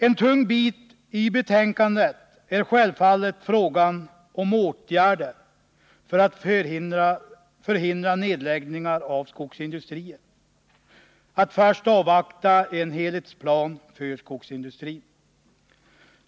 En tung bit i betänkandet är självfallet frågan om åtgärder för att förhindra nedläggningar av skogsindustrier innan ställning har tagits till en helhetsplan för skogsindustrin.